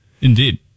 Indeed